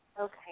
Okay